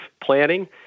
planning